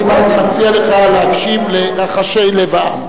אני מציע לך להקשיב לרחשי לב העם.